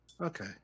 okay